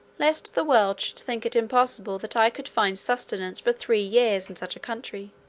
lest the world should think it impossible that i could find sustenance for three years in such a country,